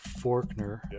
Forkner